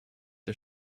der